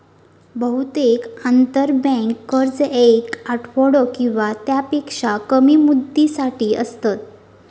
बहुतेक आंतरबँक कर्ज येक आठवडो किंवा त्यापेक्षा कमी मुदतीसाठी असतत